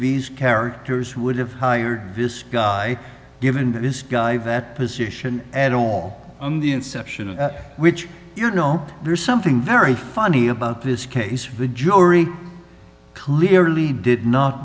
these characters would have hired this guy given this guy that position at all on the inception of which you know there's something very funny about this case the jury clearly did not